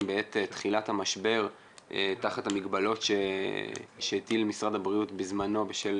בעת תחילת המשבר תחת המגבלות שהטיל משרד הבריאות בזמנו בשל